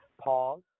pause